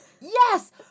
Yes